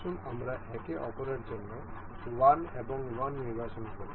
আসুন আমরা একে অপরের জন্য 1 এবং 1 নির্বাচন করি